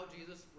Jesus